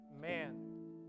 Man